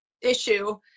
issue